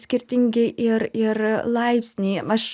skirtingi ir ir laipsniai aš